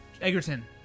Egerton